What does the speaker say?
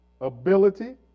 Ability